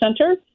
Center